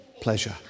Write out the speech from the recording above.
pleasure